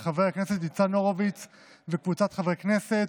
של חבר הכנסת ניצן הורוביץ וקבוצת חברי הכנסת,